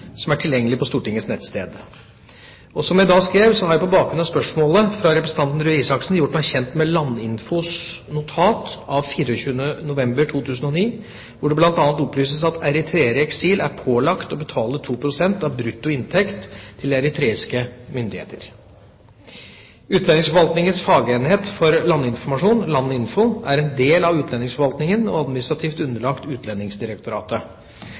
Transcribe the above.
som er tilgjengelig på Stortingets nettsted. Som jeg da skrev, har jeg på bakgrunn av spørsmålet fra representanten Røe Isaksen gjort meg kjent med Landinfos notat av 24. november 2009, hvor det bl.a. opplyses at eritreere i eksil er pålagt å betale 2 pst. av brutto inntekt til eritreiske myndigheter. Utlendingsforvaltningens fagenhet for landinformasjon, Landinfo, er en del av utlendingsforvaltningen og administrativt underlagt Utlendingsdirektoratet.